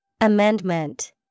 Amendment